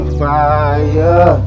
fire